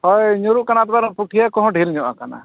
ᱦᱳᱭ ᱧᱩᱨᱩᱜ ᱠᱟᱱᱟ ᱛᱚᱵᱮ ᱚᱱᱟ ᱠᱩᱴᱷᱭᱟᱹ ᱠᱚᱦᱚᱸ ᱰᱷᱤᱞ ᱧᱚᱜ ᱟᱠᱟᱱᱟ